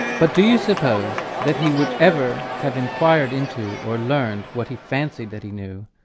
but do you suppose that he would ever have enquired into or learned what he fancied that he knew,